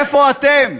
איפה אתם?